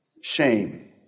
shame